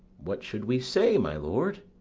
what should we say, my lord?